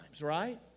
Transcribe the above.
right